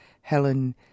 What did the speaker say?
Helen